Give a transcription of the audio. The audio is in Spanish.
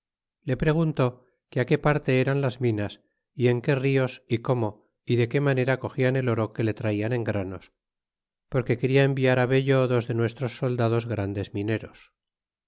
le preguntó que á qué parte eran las minas é en qué nos é cómo y de qué manera cogian el oro que le traian en granos porque quena enviar á vello dos de nuestros soldados grandes mineros